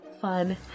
fun